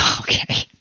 Okay